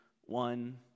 one